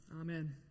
Amen